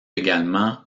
également